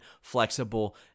flexible